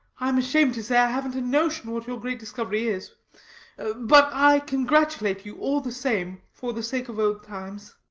i'm ashamed to say i havnt a notion what your great discovery is but i congratulate you all the same for the sake of old times.